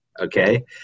okay